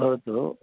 भवतु